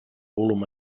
volum